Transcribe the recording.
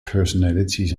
personalities